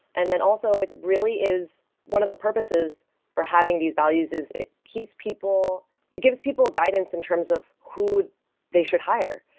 and then also it really is one of the purposes for having these values is it keeps people it gives people guidance in terms of who they should hire.